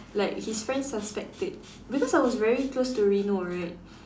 like his friends suspect it because I was very close to Reno right